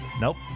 Nope